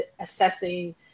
assessing